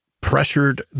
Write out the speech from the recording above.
pressured